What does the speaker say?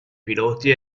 piloti